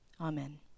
Amen